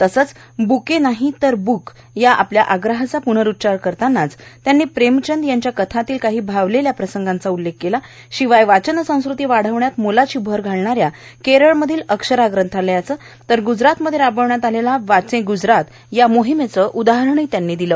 तसंच ब्के नाही तर ब्क या आपल्या आग्रहाचा प्नरुच्चार करतानाच त्यांनी प्रेमचंद यांच्या कथांतील काही भावलेल्या प्रसंगांचा उल्लेख केलाच शिवाय वाचनसंस्कृती वाढवण्यात मोलाची भर घालणाऱ्या केरळमधल्या अक्षरा ग्रंथालयाचं ग्जरातमध्ये राबवण्यात आलेल्या वांचे ग्जरात मोहिमेचं उदाहरणही त्यांनी दिलं